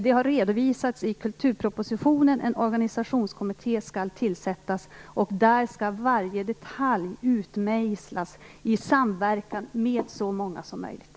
Det har redovisats i kulturpropositionen, och en organisationskommitté skall tillsättas. Där skall varje detalj utmejslas i samverkan med så många som möjligt.